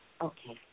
Okay